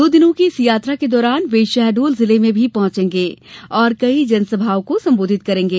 दो दिनों की इस यात्रा के दौरान वे शहडोल जिले में भी पहुंचेंगे और कई जन सभाओं को संबोधित करेंगे